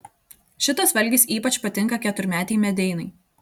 šitas valgis ypač patinka keturmetei medeinai